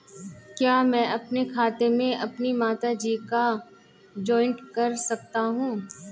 क्या मैं अपने खाते में अपनी माता जी को जॉइंट कर सकता हूँ?